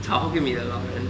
炒 hokkien mee 的老人